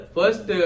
First